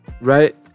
Right